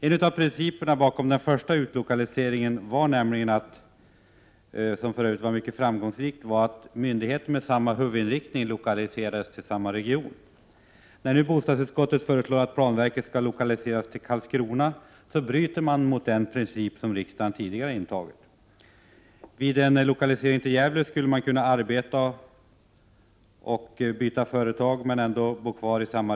En av principerna bakom den första utlokaliseringen — som för övrigt var mycket framgångsrik — var nämligen att myndigheter med samma huvudinriktning lokaliserades till samma region. När bostadsutskottet nu föreslår att planverket skall lokaliseras till Karlskrona, bryter man mot den princip som riksdagen tidigare har följt. Vid en lokalisering till Gävle skulle man kunna byta företag men ändå 67 Prot.